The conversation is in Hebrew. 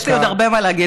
יש לי עוד הרבה מה להגיד,